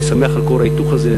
אני שמח על כור ההיתוך הזה,